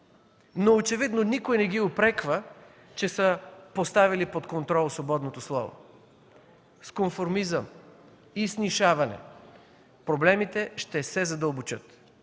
но очевидно никой не ги упреква, че са поставили под контрол свободното слово. С конформизъм и снишаване проблемите ще се задълбочат.